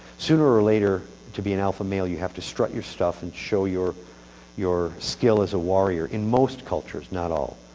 sooner or later, to be an alpha male you have to strut your stuff, and show your your skill as a warrior. in most cultures, but not all,